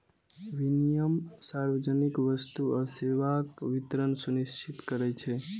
विनियम सार्वजनिक वस्तु आ सेवाक वितरण सुनिश्चित करै छै